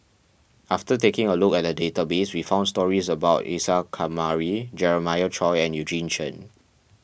after taking a look at the database we found stories about Isa Kamari Jeremiah Choy and Eugene Chen